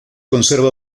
conserva